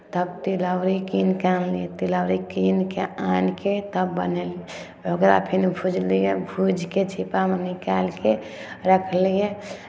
तब तिलौरी कीन कऽ आनली तिलौरी कीन कऽ आनि कऽ तब बनयली ओकरा फेर भुजलियै भूजि कऽ छीपामे निकालि कऽ रखलियै